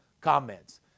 comments